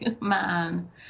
man